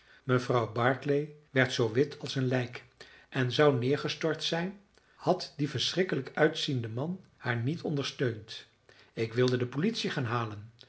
mevrouw barclay werd zoo wit als een lijk en zou neergestort zijn had die verschrikkelijk uitziende man haar niet ondersteund ik wilde de politie gaan halen